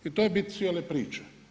I to je bit cijele priče.